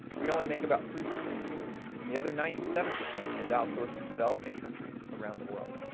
we only make about three percent and the other ninety seven percent is outsourced to developing countries around the world.